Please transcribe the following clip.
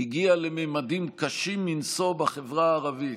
הגיעה לממדים קשים מנשוא בחברה הערבית,